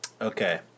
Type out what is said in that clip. Okay